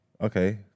okay